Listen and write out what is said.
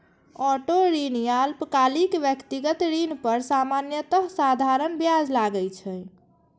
auto ऋण या अल्पकालिक व्यक्तिगत ऋण पर सामान्यतः साधारण ब्याज लागै छै